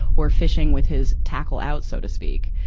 or fishing with his tackle out, so to speak.